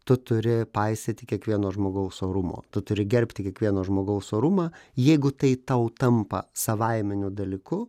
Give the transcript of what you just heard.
tu turi paisyti kiekvieno žmogaus orumo tu turi gerbti kiekvieno žmogaus orumą jeigu tai tau tampa savaiminiu dalyku